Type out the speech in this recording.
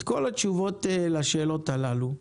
אני מבקש תשובות לכל השאלות הללו.